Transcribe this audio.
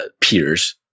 peers